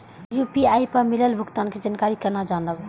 UPI पर मिलल भुगतान के जानकारी केना जानब?